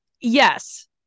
Yes